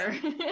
Sure